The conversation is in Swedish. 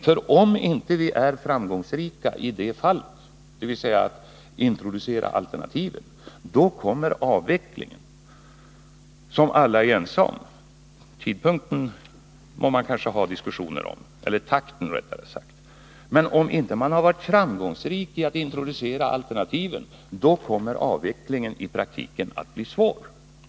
För om vi inte är framgångsrika i strävandena att introducera alternativen, då kommer frågan om avvecklingen av kärnkraften upp, vilka alla nu säger sig vara ense om. Tidpunkten eller rättare sagt takten kan man diskutera. Men om vi inte varit framgångsrika när det gäller att Nr 32 introducera alternativen, kommer avvecklingen i praktiken att bli svår.